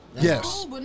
Yes